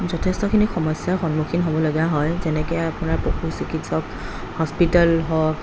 যথেষ্টখিনি সমস্যাৰ সন্মুখীন হ'বলগীয়া হয় যেনেকৈ আপোনাৰ পশু চিকিৎসক হস্পিতেল হওক